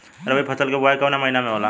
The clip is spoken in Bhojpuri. रबी फसल क बुवाई कवना महीना में होला?